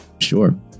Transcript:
sure